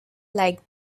like